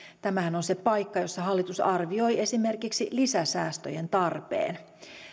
tämähän on se paikka jossa hallitus arvioi esimerkiksi lisäsäästöjen tarpeen